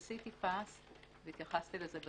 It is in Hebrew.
את התייחסותן של